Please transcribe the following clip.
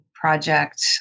project